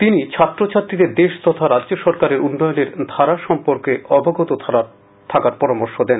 তিনি ছাত্র ছাত্রীদের দেশ তথা রাজ্য সরকারের উন্নয়নের ধারা সম্পর্কে অবগত থাকার পরামর্শ দেন